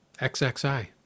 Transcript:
xxi